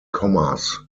commas